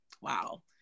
wow